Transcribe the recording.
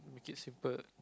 make it simple